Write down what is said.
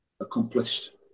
accomplished